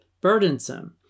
Burdensome